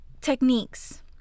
techniques